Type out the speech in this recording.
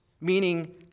meaning